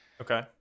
Okay